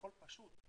הכול פשוט,